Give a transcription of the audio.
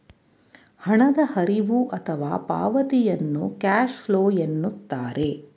ಹಣದ ಹರಿವು ಅಥವಾ ಪಾವತಿಯನ್ನು ಕ್ಯಾಶ್ ಫ್ಲೋ ಎನ್ನುತ್ತಾರೆ